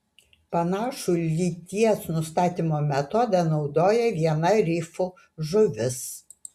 panašų lyties nustatymo metodą naudoja viena rifų žuvis